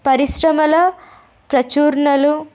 పరిశ్రమల ప్రచూరణలు